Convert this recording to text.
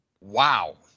Wow